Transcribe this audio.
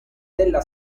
della